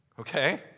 okay